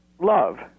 love